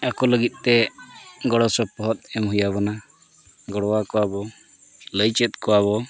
ᱟᱠᱚ ᱞᱟᱹᱜᱤᱫ ᱛᱮ ᱜᱚᱲᱚ ᱥᱚᱯᱚᱦᱚᱫ ᱮᱢ ᱦᱩᱭ ᱟᱵᱚᱱᱟ ᱜᱚᱲᱚ ᱟᱠᱚᱣᱟ ᱵᱚᱱ ᱞᱟᱹᱭ ᱪᱮᱫ ᱠᱚᱣᱟ ᱵᱚᱱ